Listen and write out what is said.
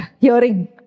hearing